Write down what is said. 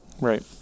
right